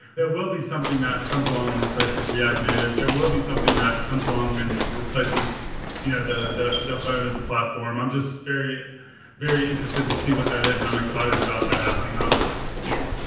there will be something that comes along and replaces react native. there will be something that comes along and replaces you know the the phone as a platform. i'm just very very interested to see what that is and i'm excited about that happening, honestly. yeah.